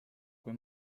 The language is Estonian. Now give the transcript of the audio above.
kui